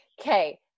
Okay